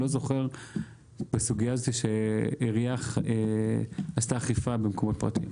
אני לא זוכר שעירייה עשתה אכיפה במקומות פרטיים.